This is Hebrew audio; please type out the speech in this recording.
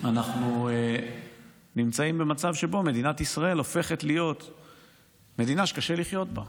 אנחנו נמצאים במצב שבו מדינת ישראל הופכת להיות מדינה שקשה לחיות בה,